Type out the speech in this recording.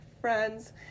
friends